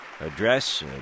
address